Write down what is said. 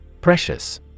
Precious